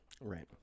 Right